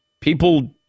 People